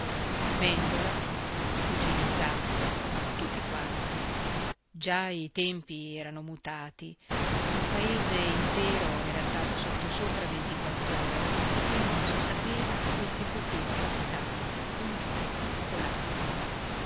mèndola i cugini zacco tutti quanti già i tempi erano mutati il paese intero era stato sottosopra ventiquattr'ore e non si sapeva quel che poteva capitare un giorno o